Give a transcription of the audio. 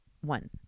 One